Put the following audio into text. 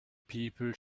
people